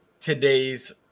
today's